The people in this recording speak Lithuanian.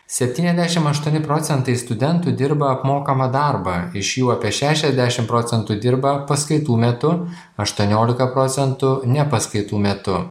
septyniasdešim aštuoni procentai studentų dirba apmokamą darbą iš jų apie šešiasdešim procentų dirba paskaitų metu aštuoniolika procentų ne paskaitų metu